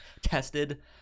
tested